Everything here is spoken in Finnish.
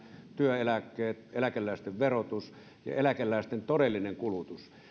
työeläkkeet eläkeläisten verotus ja eläkeläisten todellinen kulutus